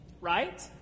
right